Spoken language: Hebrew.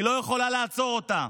היא לא יכולה לעצור אותה.